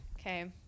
Okay